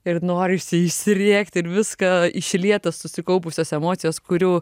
ir norisi išsirėkt ir viską išliet tas susikaupusias emocijas kurių